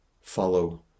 follow